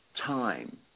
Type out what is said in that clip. time